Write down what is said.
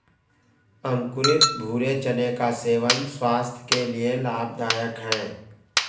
अंकुरित भूरे चने का सेवन स्वास्थय के लिए लाभदायक है